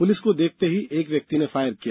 police को देखते हुए एक व्यक्ति ने फायर किया